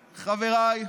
חבריי,